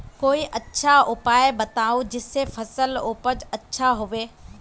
कोई अच्छा उपाय बताऊं जिससे फसल उपज अच्छा होबे